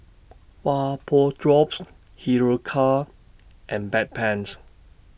Vapodrops Hiruscar and Bedpans